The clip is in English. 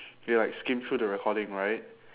they will like skim through the recording right